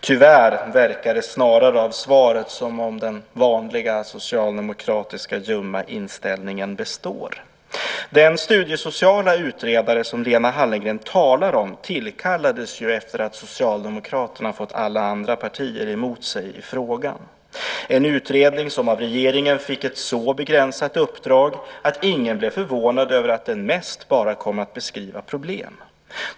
Tyvärr verkar det snarare av svaret som om den vanliga socialdemokratiska ljumma inställningen består. Den studiesociala utredare som Lena Hallengren talar om tillkallades ju efter att Socialdemokraterna hade fått alla andra partier emot sig i frågan. Det var en utredning som av regeringen fick ett så begränsat uppdrag att ingen blev förvånad över att den mest bara kom att beskriva problem.